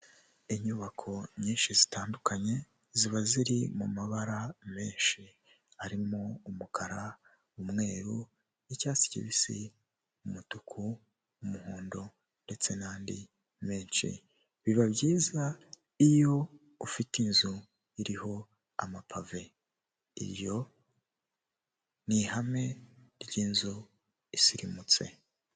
Inyubako nyinshi zitandukanye ziba ziri mu mabara menshi, arimo umukara, umweru, icyatsi kibisi, umutuku n'umuhondo ndetse n'andi menshi, biba byiza iyo ufite inzu iriho amapave, iryo ni ihame ry'inzu isirimutse.